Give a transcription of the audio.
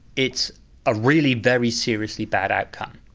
it's a really very seriously bad outcome.